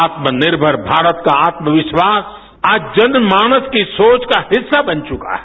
आत्मनिर्भर भारत का आत्मविश्वास आज जन मानस की सोच का हिस्सा बन चुका है